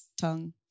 tongue